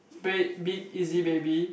babe big easy baby